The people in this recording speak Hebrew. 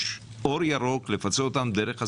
יש אור ירוק לפצות אותן דרך הסעיף.